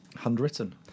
Handwritten